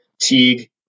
Teague